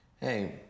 hey